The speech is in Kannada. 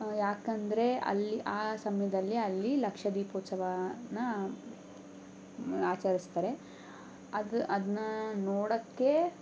ಯಾಕೆಂದ್ರೆ ಅಲ್ಲಿ ಆ ಸಮಯದಲ್ಲಿ ಅಲ್ಲಿ ಲಕ್ಷದೀಪೋತ್ಸವನ ಆಚರಿಸ್ತಾರೆ ಅದು ಅದನ್ನ ನೋಡೋಕೆ